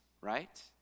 right